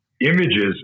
images